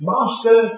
Master